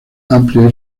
amplia